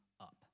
up